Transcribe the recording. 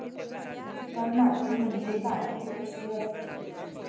Chicken माती म्हणजे काय? ति कशी असते?